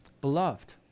Beloved